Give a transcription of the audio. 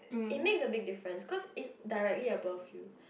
it makes a big difference cause it's directly above you